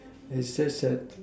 is just that